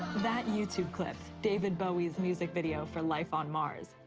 that youtube clip, david bowie's music video for life on mars,